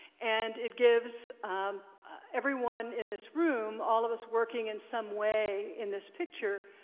and it gives everyone in this room, all of us working in some way in this picture